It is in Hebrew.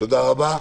תודה רבה.